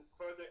further